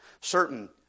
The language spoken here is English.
certain